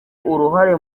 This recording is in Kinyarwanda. uruhare